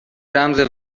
رمز